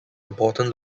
important